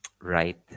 right